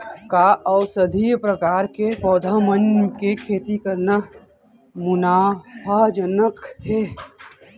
का औषधीय प्रकार के पौधा मन के खेती करना मुनाफाजनक हे?